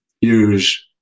use